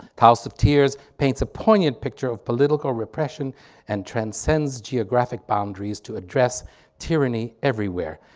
house of tears paints a poignant picture of political repression and transcends geographic boundaries to address tyranny everywhere.